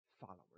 followers